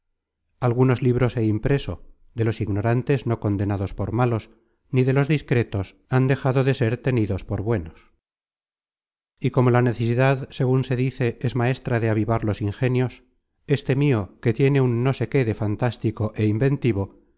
algunos libros he impreso de los ignorantes no condenados por malos ni de los discretos han dejado de ser tenidos por buenos y como la necesidad segun se dice es maestra de avivar los ingenios este mio que tiene un no sé qué de fantástico é inventivo